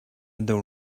the